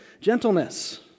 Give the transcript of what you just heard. gentleness